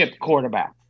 quarterback